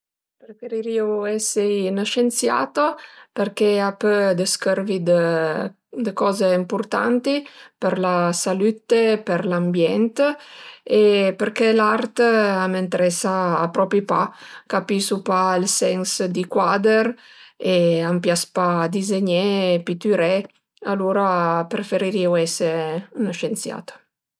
Preferirìu esi ën scienziato përché a pö dëscörzi dë coze ëmpurtanti për la salütte, për l'ambient e përché l'art a m'entresa propi pa, capisu pa ël sens di cuader e m'pias pa dizegné, pitüré e alura preferirìu ese ën scienziato